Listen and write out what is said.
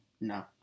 no